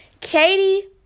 Katie